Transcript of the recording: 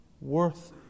worth